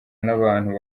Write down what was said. n’abantu